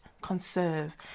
conserve